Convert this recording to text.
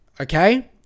okay